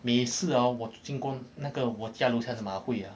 是哦我经过那个我家楼下的马会 ah